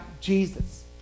Jesus